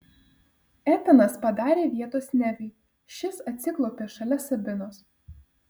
etanas padarė vietos neviui šis atsiklaupė šalia sabinos